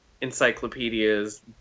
encyclopedias